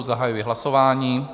Zahajuji hlasování.